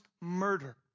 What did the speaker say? murder